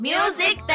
Music